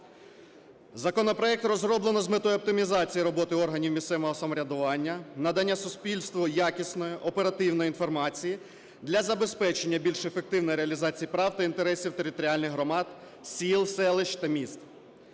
Законопроект розроблено з метою оптимізації роботи органів місцевого самоврядування, надання суспільству якісної, оперативної інформації для забезпечення більш ефективної реалізації прав та інтересів територіальних громад сіл, селищ та міст.